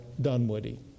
Dunwoody